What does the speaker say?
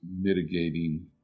mitigating